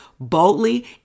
boldly